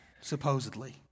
supposedly